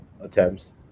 attempts